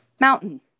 mountain